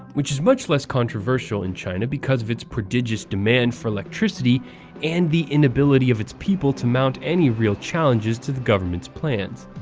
which is much less controversial in china because of its prodigious demand for electricity and the inability of its people to mount any real challenges to the government's plans.